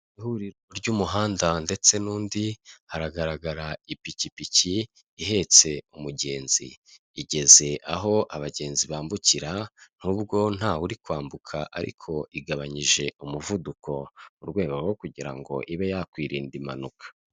Ihuriro ry'umuhanda ndetse n'undi haragaragara ipikipiki ihetse umugenzi, igeze aho abagenzi bambukira n'ubwo ntawuri kwambuka ariko igabanyije umuvuduko mu rwego rwo kugira ngo ibe yakwirinda impanuka.